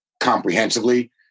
comprehensively